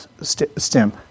stem